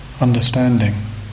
understanding